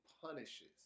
punishes